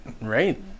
Right